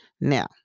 Now